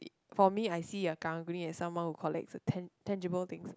for me I see a Karang-Guni as someone who collects a tan~ tangible things